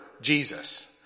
Jesus